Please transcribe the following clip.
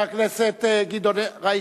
ראיתי.